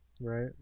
right